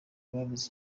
babuze